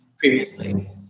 Previously